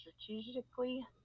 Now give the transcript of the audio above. strategically